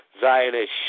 Zionist